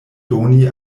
doni